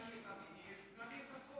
מה יותר טוב מזה?